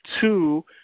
Two